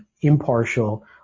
impartial